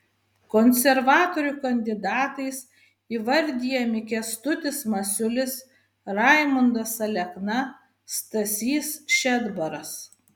konservatorių kandidatais įvardijami kęstutis masiulis raimundas alekna stasys šedbaras